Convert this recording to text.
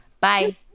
Bye